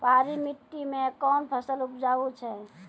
पहाड़ी मिट्टी मैं कौन फसल उपजाऊ छ?